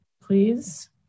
please